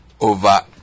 over